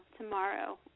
tomorrow